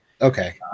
Okay